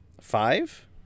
Five